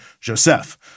Joseph